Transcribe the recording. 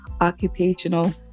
occupational